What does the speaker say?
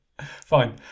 fine